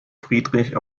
friedrich